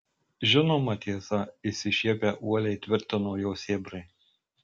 žinoma tiesa išsišiepę uoliai tvirtino jo sėbrai